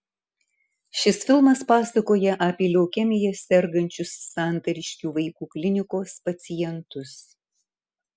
šis filmas pasakoja apie leukemija sergančius santariškių vaikų klinikos pacientus